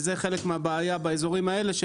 יש